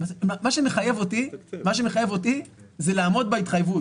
מה שמחייב אותי זה לעמוד בהתחייבות.